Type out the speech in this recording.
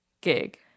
gig